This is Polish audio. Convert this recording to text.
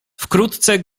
wkrótce